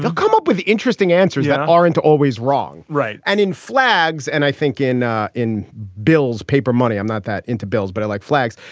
come up with interesting answers that aren't always wrong. right. and in flags. and i think in in bill's paper money. i'm not that into bills, but i like flags.